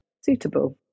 suitable